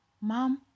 Mom